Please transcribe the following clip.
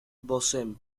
восемь